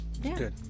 Good